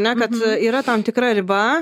ne kad yra tam tikra riba